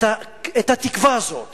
את התקווה הזאת